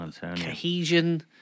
cohesion